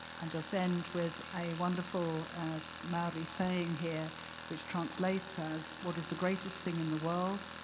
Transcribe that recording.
and just end with a wonderful maori saying here which translates as, what is the greatest thing in the world?